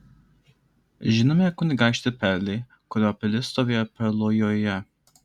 žinome kunigaikštį perlį kurio pilis stovėjo perlojoje